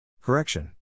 Correction